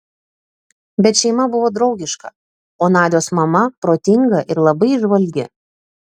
bet šeima buvo draugiška o nadios mama protinga ir labai įžvalgi